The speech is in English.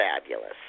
fabulous